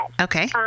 Okay